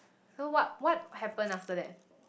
so what what happened after that